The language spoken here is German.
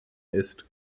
ist